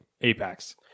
Apex